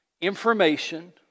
Information